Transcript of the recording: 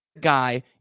guy